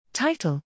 Title